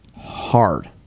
hard